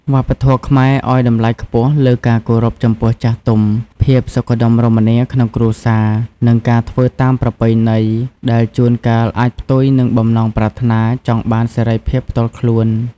វប្បធម៌ខ្មែរឲ្យតម្លៃខ្ពស់លើការគោរពចំពោះចាស់ទុំ ភាពសុខដុមរមនាក្នុងគ្រួសារ និងការធ្វើតាមប្រពៃណី ដែលជួនកាលអាចផ្ទុយនឹងបំណងប្រាថ្នាចង់បានសេរីភាពផ្ទាល់ខ្លួន។